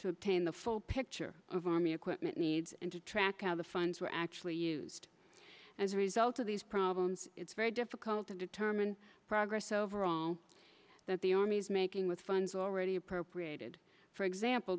obtain the full picture of army equipment needs and to track of the funds were actually used as a result of these problems it's very difficult to determine progress overall that the army is making with funds already appropriated for example